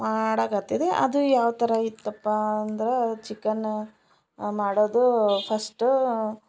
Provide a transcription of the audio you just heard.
ಮಾಡೋಕತ್ತಿದ್ದಿ ಅದು ಯಾವ ಥರ ಇತ್ತಪ್ಪ ಅಂದ್ರೆ ಚಿಕನ್ ಮಾಡೋದು ಫಸ್ಟ್